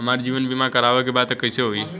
हमार जीवन बीमा करवावे के बा त कैसे होई?